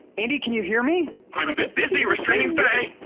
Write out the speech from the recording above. andi, can you hear me? i'm a bit busy restraining faye!